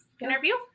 interview